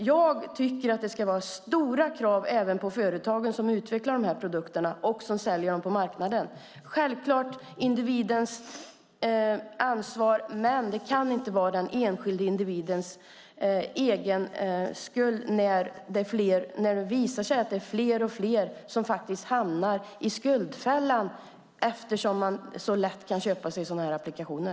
Jag tycker att det ska vara hårda krav även på företagen som utvecklar produkterna och säljer dem på marknaden. Självklart har individen ansvar, men det kan inte vara den enskilde individens egen skuld när det visar sig att fler och fler hamnar i skuldfällan eftersom man så lätt kan köpa sig sådana här applikationer.